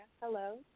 Hello